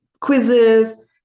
quizzes